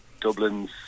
Dublin's